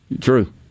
True